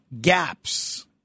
gaps